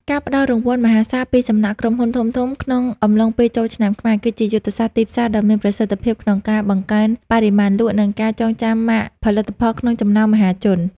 ការផ្តល់រង្វាន់មហាសាលពីសំណាក់ក្រុមហ៊ុនធំៗក្នុងអំឡុងពេលចូលឆ្នាំខ្មែរ គឺជាយុទ្ធសាស្ត្រទីផ្សារដ៏មានប្រសិទ្ធភាពក្នុងការបង្កើនបរិមាណលក់ និងការចងចាំម៉ាកផលិតផលក្នុងចំណោមមហាជន។